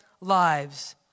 lives